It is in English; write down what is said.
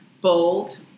Bold